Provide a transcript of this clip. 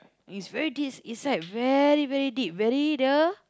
is very deep inside very very deep very the